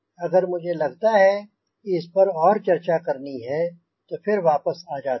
अगर मुझे लगता है कि इसपर और चर्चा करनी है तो फिर वापस आ जाता हूँ